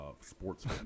sports